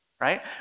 right